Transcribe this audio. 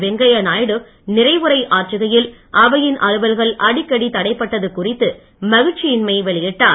வெங்கய்ய நாயுடு நிறைவுரை ஆற்றுகையில் அவையின் அலுவல்கள் அடிக்கடி தடைப்பட்டது குறித்து மகிழ்ச்சியின்மை வெளியிட்டார்